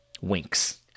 Winks